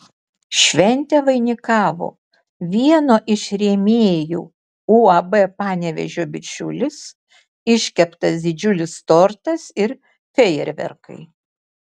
šventę vainikavo vieno iš rėmėjų uab panevėžio bičiulis iškeptas didžiulis tortas ir fejerverkai